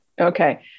Okay